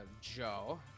Joe